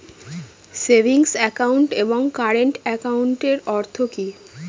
Savings account এবং current একাউন্টের অর্থ কি?